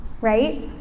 right